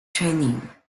training